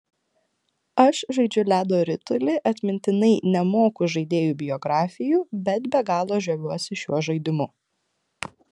aš žaidžiu ledo ritulį atmintinai nemoku žaidėjų biografijų bet be galo žaviuosi šiuo žaidimu